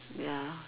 ya